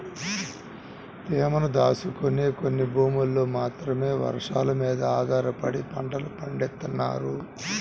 తేమను దాచుకునే కొన్ని భూముల్లో మాత్రమే వర్షాలమీద ఆధారపడి పంటలు పండిత్తన్నారు